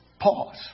Pause